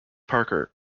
parker